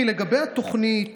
לגבי התוכנית